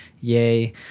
yay